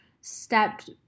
stepped